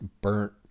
burnt